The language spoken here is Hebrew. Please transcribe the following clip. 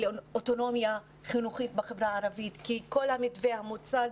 לאוטונומיה חינוכית בחברה הערבית כי כל המתווה המוצג